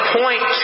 point